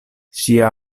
ŝia